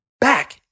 back